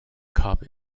cup